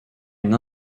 une